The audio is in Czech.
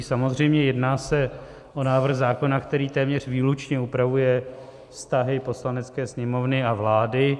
Samozřejmě, jedná se o návrh zákona, který téměř výlučně upravuje vztahy Poslanecké sněmovny a vlády.